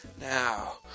Now